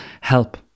Help